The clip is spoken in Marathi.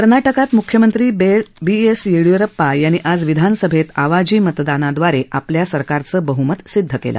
कर्नाटकात मुख्यमंत्री बी एस येडीय्रप्पा यांनी आज विधानसभेत आवाजी मतदानादवारे आपल्या सरकारचं बहमत सिदध केलं